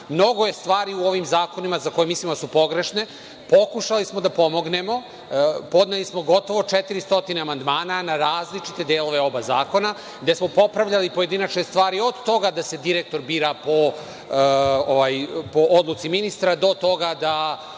Mnogo je stvari u ovim zakonima za koje mislimo da su pogrešne. Pokušali smo da pomognemo. Podneli smo gotovo 400 amandmana na različite delove oba zakona, gde smo popravljali pojedinačne stvari, od toga da se direktor bira po odluci ministra do toga da